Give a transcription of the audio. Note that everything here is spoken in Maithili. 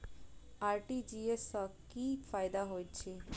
आर.टी.जी.एस सँ की फायदा होइत अछि?